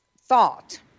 thought